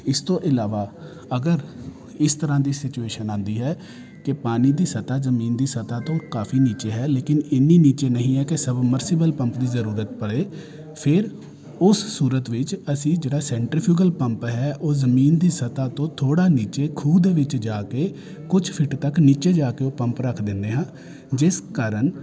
ਇਸ ਤੋਂ ਇਲਾਵਾ ਅਗਰ ਇਸ ਤਰ੍ਹਾਂ ਦੀ ਸਿਚੁਏਸ਼ਨ ਆਉਂਦੀ ਹੈ ਕਿ ਪਾਣੀ ਦੀ ਸਤਾ ਜ਼ਮੀਨ ਦੀ ਸਤਾ ਤੋਂ ਕਾਫੀ ਨੀਚੇ ਹੈ ਲੇਕਿਨ ਇੰਨੀ ਨੀਚੇ ਨਹੀਂ ਹੈ ਕਿ ਸਬਮਰਸੀਬਲ ਪੰਪ ਦੀ ਜ਼ਰੂਰਤ ਪਵੇ ਫਿਰ ਉਸ ਸੂਰਤ ਵਿੱਚ ਅਸੀਂ ਜਿਹੜਾ ਸੈਂਟਰਿਕ ਫਿਊਗਲ ਪੰਪ ਹੈ ਉਹ ਜ਼ਮੀਨ ਦੀ ਸਤਾ ਤੋਂ ਥੋੜ੍ਹਾ ਨੀਚੇ ਖੂਹ ਦੇ ਵਿੱਚ ਜਾ ਕੇ ਕੁਝ ਫਿਟ ਤੱਕ ਨੀਚੇ ਜਾ ਕੇ ਉਹ ਪੰਪ ਰੱਖ ਦਿੰਦੇ ਹਾਂ ਜਿਸ ਕਾਰਨ